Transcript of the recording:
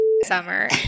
summer